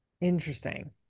Interesting